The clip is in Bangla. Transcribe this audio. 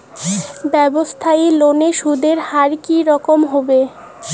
ব্যবসায়ী লোনে সুদের হার কি রকম হবে?